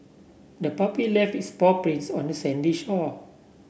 the puppy left its paw prints on the sandy shore